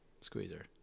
Squeezer